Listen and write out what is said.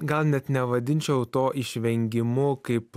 gal net nevadinčiau to išvengimu kaip